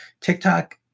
TikTok